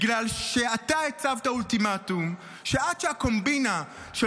בגלל שאתה הצבת אולטימטום שעד שהקומבינה של